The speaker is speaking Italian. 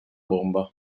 bomba